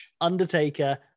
Undertaker